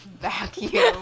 vacuum